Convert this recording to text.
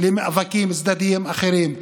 למאבקים צדדיים אחרים.